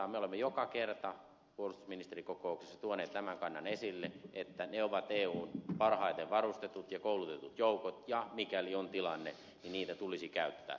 me olemme joka kerta puolustusministerikokouksessa tuoneet tämän kannan esille että ne ovat eun parhaiten varustetut ja koulutetut joukot ja mikäli on tilanne niitä tulisi käyttää